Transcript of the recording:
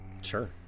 Sure